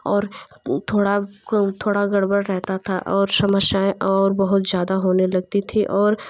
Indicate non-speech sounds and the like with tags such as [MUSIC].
और थोड़ा [UNINTELLIGIBLE] थोड़ा गड़बड़ रहता था और समस्याएं और बहुत ज़्यादा होने लगती थी और